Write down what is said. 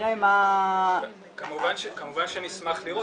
נראה מה -- כמובן שנשמח לראות,